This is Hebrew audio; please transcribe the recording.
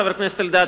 חבר הכנסת אלדד,